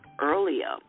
earlier